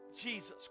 Jesus